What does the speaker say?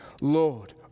Lord